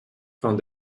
found